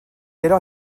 heure